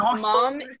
mom